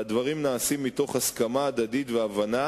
והדברים נעשים מתוך הסכמה הדדית והבנה